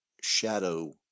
shadow